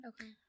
Okay